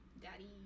Daddy